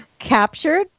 Captured